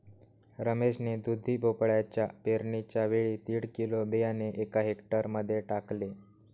रमेश ने दुधी भोपळ्याच्या पेरणीच्या वेळी दीड किलो बियाणे एका हेक्टर मध्ये टाकले